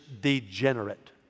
degenerate